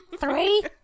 three